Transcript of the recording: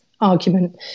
argument